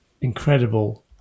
Incredible